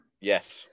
Yes